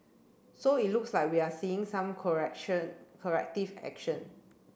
so it looks like we are seeing some correction corrective action